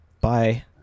Bye